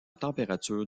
température